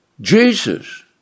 Jesus